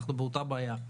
אנחנו באותה בעיה.